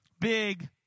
big